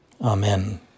Amen